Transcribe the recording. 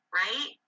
right